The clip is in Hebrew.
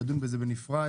נדון בזה בנפרד,